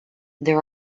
there